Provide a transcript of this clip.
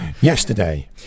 Yesterday